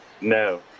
No